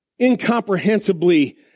incomprehensibly